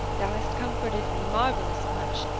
thou hast comforted me marvellous much.